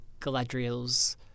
Galadriel's